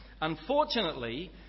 Unfortunately